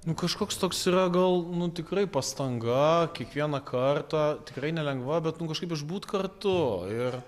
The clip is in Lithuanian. nu kažkoks toks yra gal nu tikrai pastanga kiekvieną kartą tikrai nelengva bet nu kažkaip išbūt kartu ir